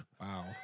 Wow